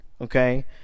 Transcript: okay